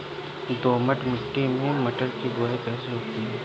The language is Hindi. दोमट मिट्टी में मटर की बुवाई कैसे होती है?